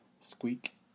squeak